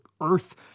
earth